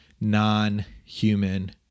non-human